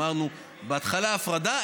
ואמרנו: בהתחלה הפרדה,